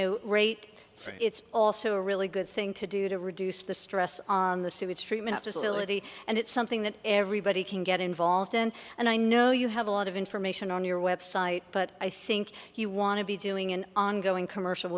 know rate it's also a really good thing to do to reduce the stress on the sewage treatment facility and it's something that everybody can get involved in and i know you have a lot of information on your website but i think you want to be doing an ongoing commercial